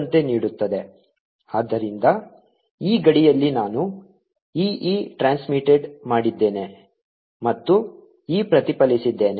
da0EL ER EIERET ಆದ್ದರಿಂದ ಈ ಗಡಿಯಲ್ಲಿ ನಾನು e e ಟ್ರಾನ್ಸ್ಮಿಟ ಮಾಡಿದ್ದೇನೆ ಮತ್ತು e ಪ್ರತಿಫಲಿಸಿದ್ದೇನೆ